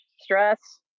stress